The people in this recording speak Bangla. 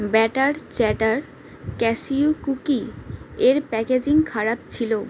ব্যাটার চ্যাটার ক্যাশিউ কুকি এর প্যাকেজিং খারাপ ছিলো